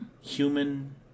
human